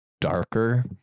darker